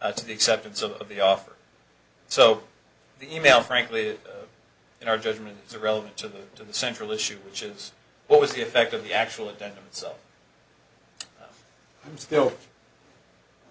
of the offer so the e mail frankly in our judgment is relevant to the to the central issue which is what was the effect of the actual event so i'm still